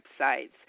websites